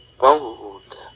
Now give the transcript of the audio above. bold